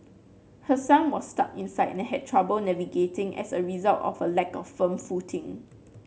her son was stuck inside and had trouble navigating as a result of a lack of firm footing